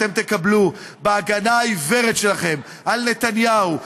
בהגנה העיוורת שלכם על נתניהו,